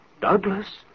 Douglas